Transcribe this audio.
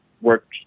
work